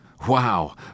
Wow